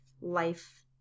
life